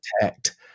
protect